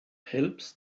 helps